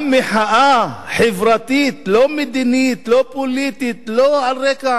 גם מחאה חברתית, לא מדינית, לא פוליטית, לא על רקע